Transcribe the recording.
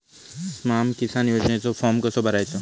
स्माम किसान योजनेचो फॉर्म कसो भरायचो?